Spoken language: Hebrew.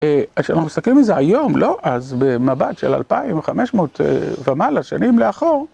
כשאנחנו מסתכלים על זה היום, לא אז, במבט של אלפיים וחמש מאות ומעלה שנים לאחור.